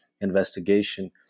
investigation